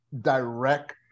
direct